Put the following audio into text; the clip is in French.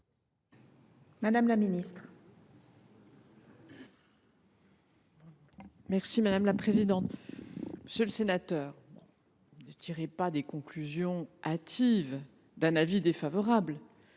Mme la ministre.